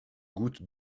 goutte